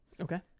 Okay